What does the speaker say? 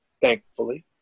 thankfully